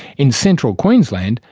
in central queensland,